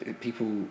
people